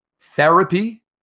therapy